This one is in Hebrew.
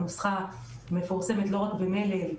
הנוסחה מפורסמת לא רק במלל,